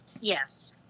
yes